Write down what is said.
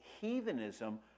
heathenism